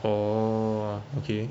oh okay